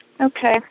Okay